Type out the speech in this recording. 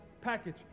package